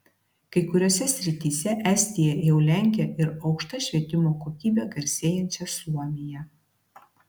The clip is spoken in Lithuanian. kai kuriose srityse estija jau lenkia ir aukšta švietimo kokybe garsėjančią suomiją